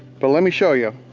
but let me show you.